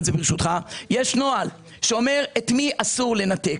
שיש נוהל שאומר את מי אסור לנתק.